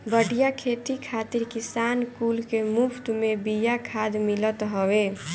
बढ़िया खेती खातिर किसान कुल के मुफत में बिया खाद मिलत हवे